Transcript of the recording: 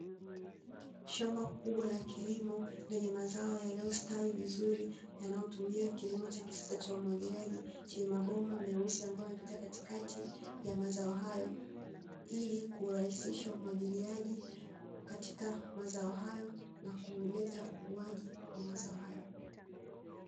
Shamba kubwa la kilimo lenye mazao yaliyostawi vizuri, yanayo tumia kilimo cha kisasa cha umwagiliaji chenye mabomba meusi ambayo yamepita katikati ya mazao hayo, ili kurahisisha umwagiliaji katika mazao hayo na kuleta ukuaji wa mazao hayo.